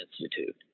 Institute